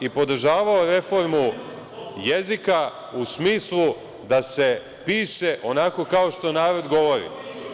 I podržavao reformu jezika u smislu da se piše onako kako narod govori.